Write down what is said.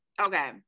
okay